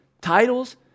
titles